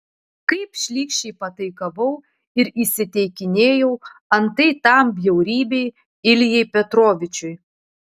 kaip šlykščiai pataikavau ir įsiteikinėjau antai tam bjaurybei iljai petrovičiui